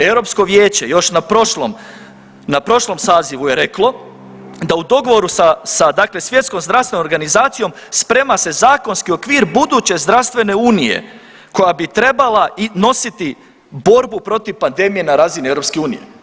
Europsko vijeća još na prošlom sazivu je reklo da u dogovoru sa Svjetskom zdravstvenom organizacijom sprema se zakonski okvir buduće zdravstvene unije koja bi trebala nositi borbu protiv pandemije na razini EU.